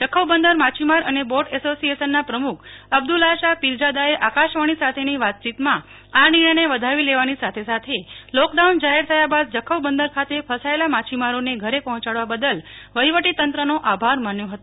જખૌ બંદર માછીમાર અને બોટ એસોસિએશનના પ્રમુખ અબ્દુલાશા પીરજાદાએ આકાશવાણી સાથેની વાતચીતમા આ નિર્ણયને વધાવી લેવાની સાથે સાથે લોકડાઉન જાહેર થયા બાદ જખૌ બંદર ખાતે ફસાથેલા માછીમારોને ઘરે પર્હોચાડવા બદલ વહીવટીતંત્ર નો આભાર માન્યો હતો